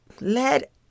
let